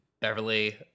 Beverly